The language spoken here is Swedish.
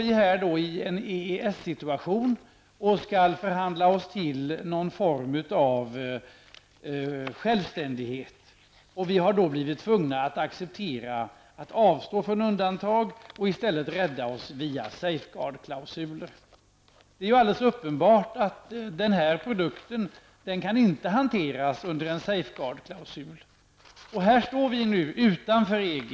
Vi befinner oss alltså i en situation där vi skall förhandla oss fram till någon form av självständighet. Vi har då blivit tvungna att acceptera att avstå från undantag. I stället måste vi rädda oss via en ''safe guard''-klausul. Men det är alldeles uppenbart att snuset inte kan hanteras under en sådan klausul. Och nu står vi där vi står -- utanför EG.